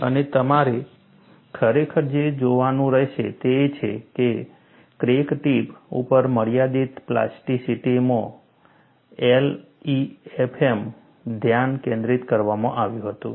અને તમારે ખરેખર જે જોવાનું રહેશે તે એ છે કે ક્રેક ટિપ ઉપર મર્યાદિત પ્લાસ્ટિસિટી LEFM માં ધ્યાન કેન્દ્રિત કરવામાં આવ્યું હતું